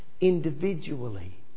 individually